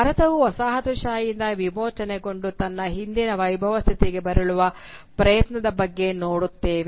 ಭಾರತವು ವಸಾಹತುಶಾಹಿಯಿಂದ ವಿಮೋಚನೆಗೊಂಡು ತನ್ನ ಹಿಂದಿನ ವೈಭವ ಸ್ಥಿತಿಗೆ ಮರಳುವ ಪ್ರಯತ್ನದ ಬಗ್ಗೆ ನೋಡುತ್ತೇವೆ